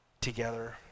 together